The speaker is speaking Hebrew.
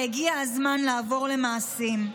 והגיע הזמן לעבור למעשים.